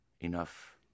enough